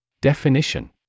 Definition